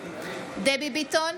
דבי ביטון,